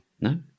No